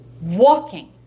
Walking